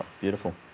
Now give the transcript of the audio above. Beautiful